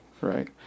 right